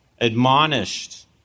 admonished